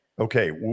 Okay